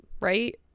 right